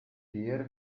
diğer